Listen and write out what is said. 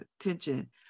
attention